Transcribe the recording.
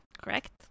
Correct